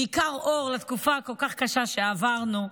בעיקר אור בתקופה הכל-כך קשה שעברנו.